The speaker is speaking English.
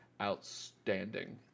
outstanding